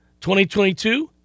2022